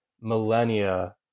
millennia